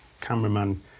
Cameraman